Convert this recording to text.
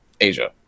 Asia